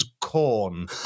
corn